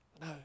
No